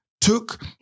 took